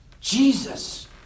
Jesus